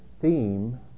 theme